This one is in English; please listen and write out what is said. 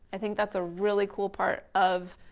i think that's a really cool part of,